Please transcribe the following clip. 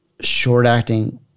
short-acting